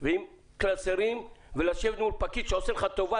ועם קלסרים ולשבת מול פקיד שעושה לך טובה,